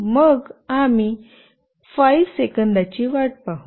मग आम्ही 5 सेकंदाची वाट पाहू